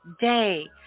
day